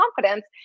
confidence